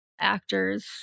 actors